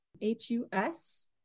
H-U-S